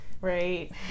Right